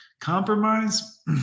compromise